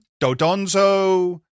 Dodonzo